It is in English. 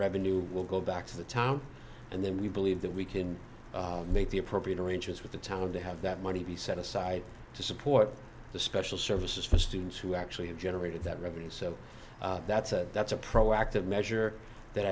revenue will go back to the town and then we believe that we can make the appropriate arrangements with the town to have that money be set aside to support the special services for students who actually have generated that revenue so that's a that's a proactive measure that